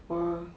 !wah!